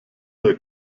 der